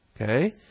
Okay